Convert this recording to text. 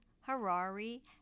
Harari